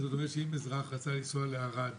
זאת אומרת שאם אזרח רצה לנסוע לערד